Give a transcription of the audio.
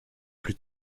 plus